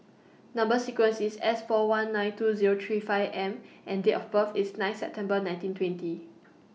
Number sequence IS S four one nine two Zero three five M and Date of birth IS nine September nineteen twenty